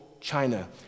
China